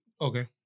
Okay